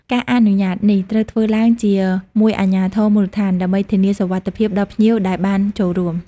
ការអនុញ្ញាតនេះត្រូវធ្វើឡើងជាមួយអាជ្ញាធរមូលដ្ឋាន ដើម្បីធានាសុវត្ថិភាពដល់ភ្ញៀវដែលបានចូលរួម។